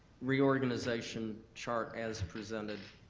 reorganization chart as presented.